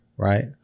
Right